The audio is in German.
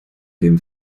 wem